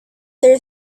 there